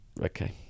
Okay